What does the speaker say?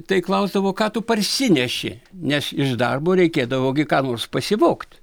tai klausdavo ką tu parsineši nes iš darbo reikėdavo gi ką nors pasivogt